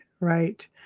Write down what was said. Right